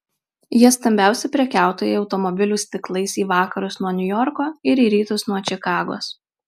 jie stambiausi prekiautojai automobilių stiklais į vakarus nuo niujorko ir į rytus nuo čikagos